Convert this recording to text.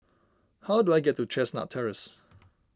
how do I get to Chestnut Terrace